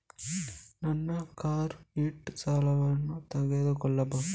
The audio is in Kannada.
ನನ್ನ ಕಾರ್ ಇಟ್ಟು ಸಾಲವನ್ನು ತಗೋಳ್ಬಹುದಾ?